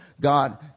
God